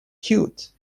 cute